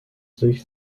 sich